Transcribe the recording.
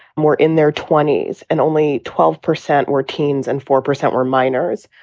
more in their twenty s and only twelve percent or teens and four percent were minors.